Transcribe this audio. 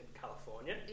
California